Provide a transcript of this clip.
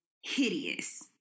hideous